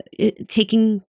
taking